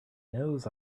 knows